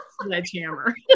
sledgehammer